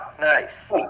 Nice